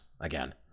again